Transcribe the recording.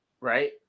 right